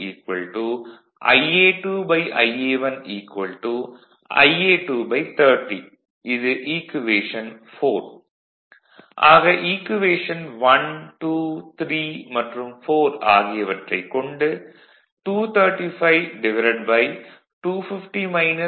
vlcsnap 2018 11 05 10h14m45s84 ஆக equation 1 2 3 மற்றும் 4 ஆகியவற்றைக் கொண்டு 235250 0